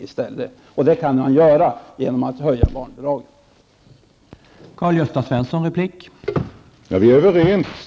Det kan Karl-Gösta Svenson göra genom att se till att det blir en barnbidragshöjning.